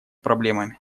проблемами